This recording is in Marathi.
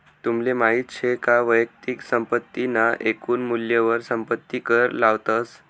तुमले माहित शे का वैयक्तिक संपत्ती ना एकून मूल्यवर संपत्ती कर लावतस